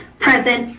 present.